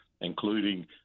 including